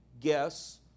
guess